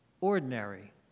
ordinary